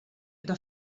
però